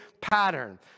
pattern